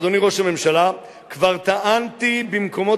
אדוני ראש הממשלה: "כבר טענתי במקומות